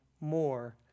more